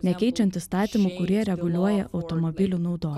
nekeičiant įstatymų kurie reguliuoja automobilių naudo